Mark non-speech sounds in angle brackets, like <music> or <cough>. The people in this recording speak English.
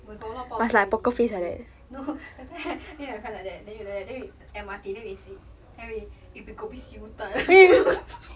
oh my god a lot of 爆声 already G_G no that time I <laughs> me and my friend like that then you like that then we M_R_T then we sit then we 一杯 kopi siew dai <laughs>